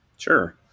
Sure